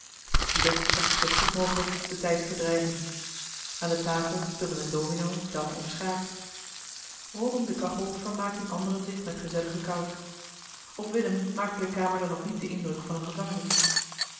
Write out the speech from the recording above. ieder trachtte zoo goed mogelijk den tijd te verdrijven aan de tafel speelde men domino dam of schaak rondom de kachel vermaakten anderen zich met gezelligen kout op willem maakte de kamer dan ook niet den indruk van eene gevangenis